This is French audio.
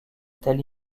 telle